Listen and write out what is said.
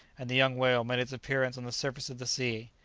and the young whale made its appearance on the surface of the sea.